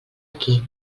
aquí